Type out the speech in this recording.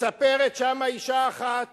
מספרת שם אשה אחת